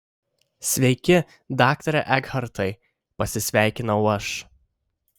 sveiki daktare ekhartai pasisveikinau aš